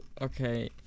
okay